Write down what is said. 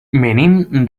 venim